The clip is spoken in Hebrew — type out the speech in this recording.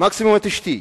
מקסימום את אשתי,